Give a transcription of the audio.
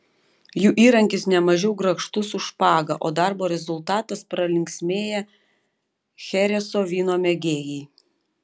jų įrankis nemažiau grakštus už špagą o darbo rezultatas pralinksmėję chereso vyno mėgėjai